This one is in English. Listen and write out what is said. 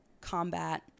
combat